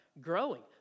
growing